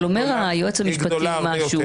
אבל אומר היועץ המשפטי משהו.